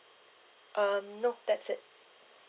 uh no that's it